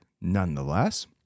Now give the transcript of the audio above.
nonetheless